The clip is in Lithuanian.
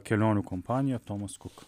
kelionių kompanija tomas kuk